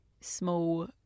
small